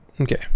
okay